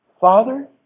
Father